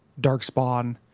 darkspawn